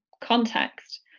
context